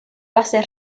base